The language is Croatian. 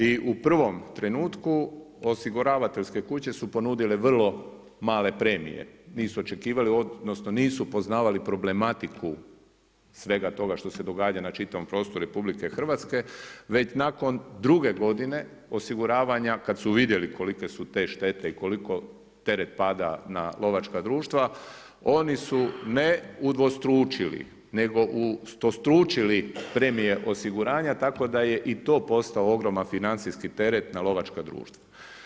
I u prvom trenutku osiguravateljske kuće su ponudile vrlo male premije, nisu očekivali, odnosno nisu poznavali problematiku svega toga što se događa na čitavom prostoru RH već nakon druge godine osiguravanja kad su vidjeli kolike su te štete i koliko teret pada na lovačka društva oni su ne udvostručili, nego ustostručili premije osiguranja tako da je i to postao ogroman financijski teret na lovačka društva.